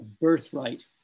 birthright